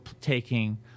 taking